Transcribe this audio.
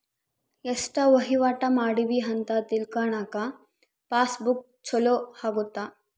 ಎಸ್ಟ ವಹಿವಾಟ ಮಾಡಿವಿ ಅಂತ ತಿಳ್ಕನಾಕ ಪಾಸ್ ಬುಕ್ ಚೊಲೊ ಅಗುತ್ತ